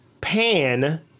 Pan